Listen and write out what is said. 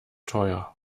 teuer